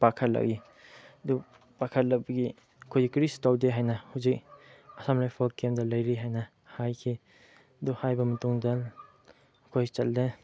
ꯄꯥꯏꯈꯠꯂꯛꯏ ꯑꯗꯨ ꯄꯥꯏꯈꯠꯂꯛꯄꯒꯤ ꯑꯩꯈꯣꯏꯗꯤ ꯀꯔꯤꯁꯨ ꯇꯧꯗꯦ ꯍꯥꯏꯅ ꯍꯧꯖꯤꯛ ꯑꯁꯥꯝ ꯔꯥꯏꯐꯜ ꯀꯦꯝꯗ ꯂꯩꯔꯤ ꯍꯥꯏꯅ ꯍꯥꯏꯈꯤ ꯑꯗꯨ ꯍꯥꯏꯕ ꯃꯇꯨꯡꯗ ꯑꯩꯈꯣꯏ ꯆꯠꯂꯦ